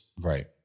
Right